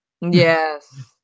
yes